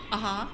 (uh huh)